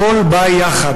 הכול בא יחד.